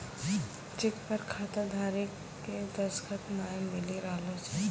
cheque पर खाताधारी के दसखत नाय मिली रहलो छै